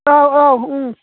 औ औ